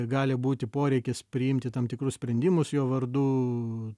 gali būti poreikis priimti tam tikrus sprendimus jo vardu